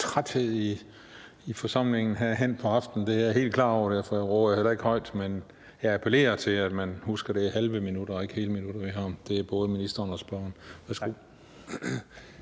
træthed i forsamlingen her hen på aftenen, det er jeg helt klar over. Derfor råber jeg heller ikke højt, men jeg appellerer til, at man husker, at det er halve minutter og ikke hele minutter, vi har. Det er til både ministeren og spørgeren.